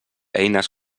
eines